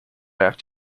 back